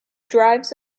drives